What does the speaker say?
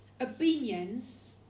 opinions